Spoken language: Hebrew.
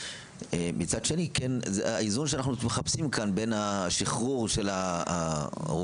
מצד שני את האיזון שאנחנו מחפשים בין השחרור של הרופאים,